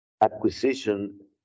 acquisition